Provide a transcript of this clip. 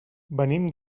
venim